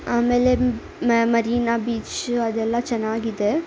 ಆಮೇಲೆ ಮ್ಯಾ ಮರೀನ ಬೀಚ್ ಅದೆಲ್ಲ ಚೆನ್ನಾಗಿದೆ